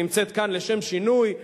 הנמצאת כאן לשם שינוי,